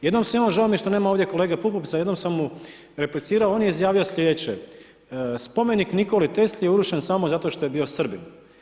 Jednom sam imao, žao mi je što nema ovdje kolege Pupovca, jednom sam mu replicirao, on je izjavio sljedeće spomenik Nikoli Tesli je urušen samo zato što je bio Srbin.